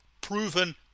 proven